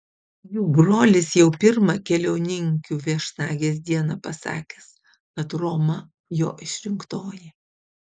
jų brolis jau pirmą keliauninkių viešnagės dieną pasakęs kad roma jo išrinktoji